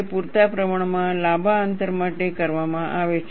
તે પૂરતા પ્રમાણમાં લાંબા અંતર માટે કરવામાં આવે છે